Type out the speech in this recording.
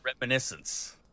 Reminiscence